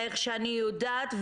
איך שאני יודעת,